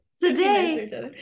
Today